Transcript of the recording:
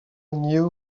new